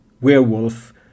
werewolf